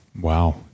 Wow